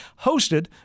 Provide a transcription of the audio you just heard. hosted